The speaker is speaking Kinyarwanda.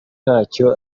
ntacyo